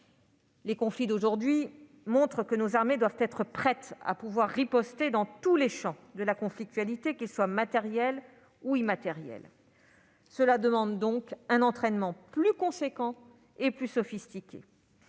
Les conflits d'aujourd'hui montrent que nos armées doivent être prêtes à riposter dans tous les champs de la conflictualité, qu'ils soient matériels ou immatériels, ce qui suppose un entraînement plus conséquent et plus sophistiqué